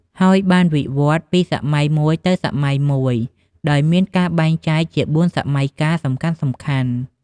ហើយបានវិវឌ្ឍន៍ពីសម័យមួយទៅសម័យមួយ ដោយមានការបែងចែកជាបួនសម័យកាលសំខាន់ៗ។